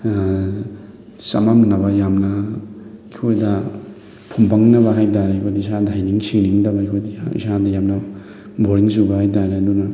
ꯆꯃꯝꯅꯕ ꯌꯥꯝꯅ ꯑꯩꯈꯣꯏꯗ ꯐꯨꯝꯕꯪꯅꯕ ꯍꯥꯏ ꯇꯥꯔꯦ ꯑꯩꯈꯣꯏꯗ ꯏꯁꯥꯗ ꯍꯩꯅꯤꯡ ꯁꯤꯡꯅꯤꯡꯗꯕ ꯑꯩꯈꯣꯏꯗ ꯏꯁꯥꯗ ꯌꯥꯝꯅ ꯕꯣꯔꯤꯡ ꯆꯨꯕ ꯍꯥꯏ ꯇꯥꯔꯦ ꯑꯗꯨꯅ